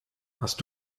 hast